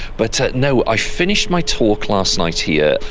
but no, i finished my talk last night here,